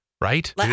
Right